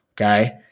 Okay